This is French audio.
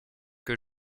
que